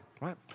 right